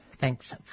Thanks